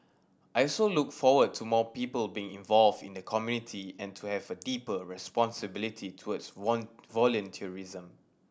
I also look forward to more people being involved in the community and to have a deeper responsibility towards volunteerism